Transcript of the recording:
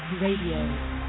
Radio